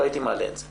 לא הייתי מעלה את זה.